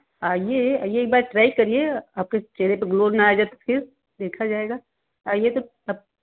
आईए आईए एक बार ट्राई करिए आपके चेहरे पर ग्लो न आ जाए तो फिर देखा जाएगा आईए तो